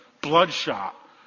bloodshot